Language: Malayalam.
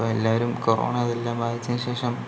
ഇപ്പോൾ എല്ലാവരും കൊറോണ അതെല്ലാം ബാധിച്ചതിന് ശേഷം